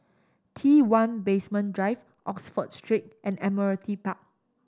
T One Basement Drive Oxford Street and Admiralty Park